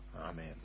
Amen